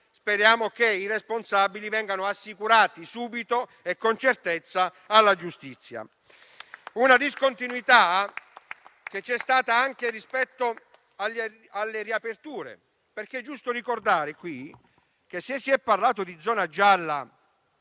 Speriamo che i responsabili vengano assicurati subito e con certezza alla giustizia. Discontinuità c'è stata anche rispetto alle riaperture. È giusto infatti ricordare qui che, se si è parlato di zona gialla